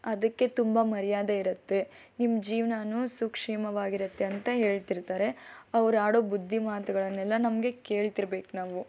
ಅದಕ್ಕೆ ತುಂಬ ಮರ್ಯಾದೆ ಇರುತ್ತೆ ನಿಮ್ಮ ಜೀವ್ನನು ಸೂಕ್ಷ್ಮವಾಗಿರುತ್ತೆ ಅಂತ ಹೇಳ್ತಿರ್ತಾರೆ ಅವ್ರು ಆಡೋ ಬುದ್ದಿಮಾತುಗಳನ್ನೆಲ್ಲ ನಮಗೆ ಕೇಳ್ತಿರ್ಬೇಕು ನಾವು